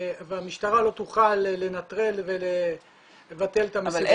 והמשטרה לא תוכל לנטרל ולבטל את המסיבות האלה.